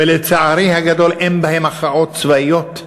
ולצערי הגדול אין בהם הכרעות צבאיות.